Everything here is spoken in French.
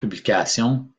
publications